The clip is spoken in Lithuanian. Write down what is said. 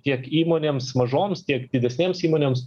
tiek įmonėms mažoms tiek didesnėms įmonėms